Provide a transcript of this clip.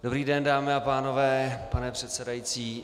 Dobrý den, dámy a pánové, pane předsedající.